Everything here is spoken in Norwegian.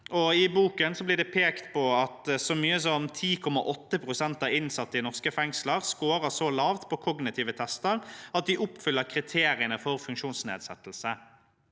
I boken blir det pekt på at så mye som 10,8 pst. av innsatte i norske fengsler skårer så lavt på kognitive tester at de oppfyller kriteriene for funksjonsnedsettelse.